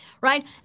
right